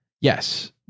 Yes